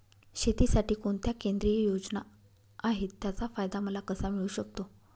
शेतीसाठी कोणत्या केंद्रिय योजना आहेत, त्याचा फायदा मला कसा मिळू शकतो?